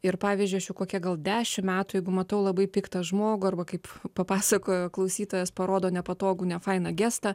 ir pavyzdžiui aš jau kokia gal dešimt metų jeigu matau labai piktą žmogų arba kaip papasakojo klausytojas parodo nepatogų nefainą gestą